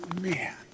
man